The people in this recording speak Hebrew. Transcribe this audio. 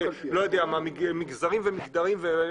מגזרים וכולי,